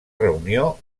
reunió